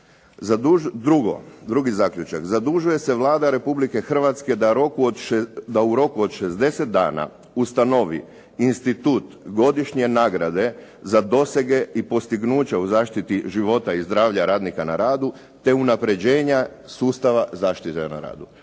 Drugi zaključak, "Zadužuje se Vlada Republike Hrvatske da u roku od 60 dana ustanovi institut godišnje nagrade za dosege i postignuća u zaštiti života i zdravlja radnika na radu, te unapređenja sustava zaštite na radu."